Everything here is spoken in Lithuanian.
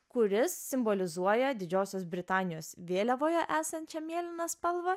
kuris simbolizuoja didžiosios britanijos vėliavoje esančią mėlyną spalvą